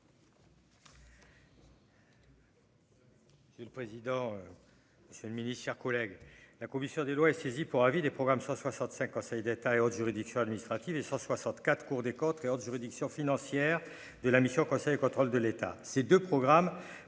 C'est le président, monsieur le Ministre, chers collègues, la commission des lois et saisie pour avis des programmes soit 65 Conseil d'État et autres juridictions administratives et 164 Cour des comptes et autres juridictions financières de la mission Conseil contrôle de l'État, ces 2 programmes